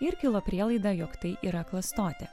ir kilo prielaida jog tai yra klastotė